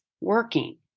working